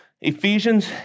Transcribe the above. Ephesians